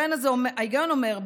ההיגיון אומר,